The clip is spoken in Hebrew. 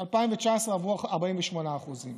2019 עברו 48%;